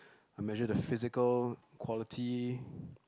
I measure the physical quality